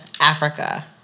Africa